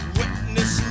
witness